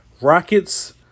Rockets